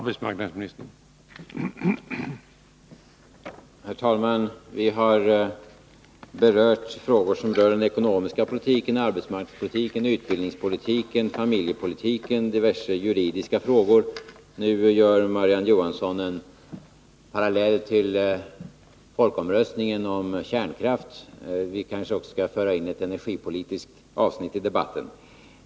Herr talman! Vi har berört frågor som gäller den ekonomiska politiken, arbetsmarknadspolitiken, utbildningspolitiken, familjepolitiken och diverse juridiska frågor. Nu drar Marie-Ann Johansson en parallell till folkomröstningen om kärnkraft. Vi kanske skall föra in ett energipolitiskt avsnitt i debatten.